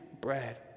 bread